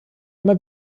immer